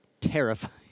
Terrifying